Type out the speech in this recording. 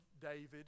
David